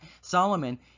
Solomon